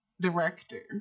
director